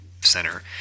center